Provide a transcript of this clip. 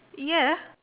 yeah